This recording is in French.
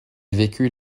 vécut